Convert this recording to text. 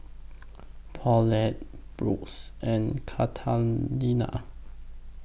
Paulette Brooks and Katarina